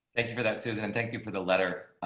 thank you for that. susan, and thank you for the letter,